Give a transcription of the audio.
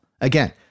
again